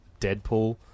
Deadpool